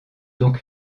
donc